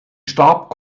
starb